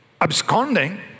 absconding